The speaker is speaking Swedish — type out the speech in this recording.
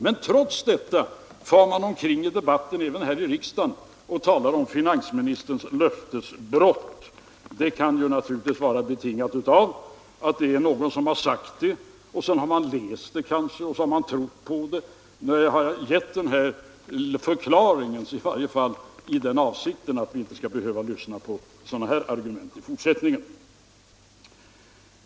Men trots detta talar man i debatten — även här i riksdagen —- om finansministerns löftesbrott. Det kan naturligtvis förklaras så att någon först har sagt detta, sedan har man fått läsa det och sedan har man trott på det. Jag har givit denna förklaring för att vi inte skall behöva lyssna på sådana argument i fortsättningen.